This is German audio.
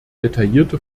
detaillierte